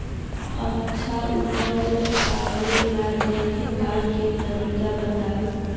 अच्छा उपज पावेला देखभाल के तरीका बताऊ?